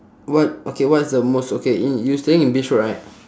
what okay what is the most okay in you staying in beach road right